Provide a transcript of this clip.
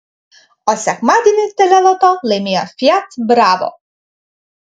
o sekmadienį teleloto laimėjo fiat bravo